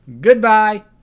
Goodbye